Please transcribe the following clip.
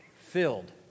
filled